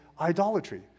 idolatry